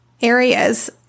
areas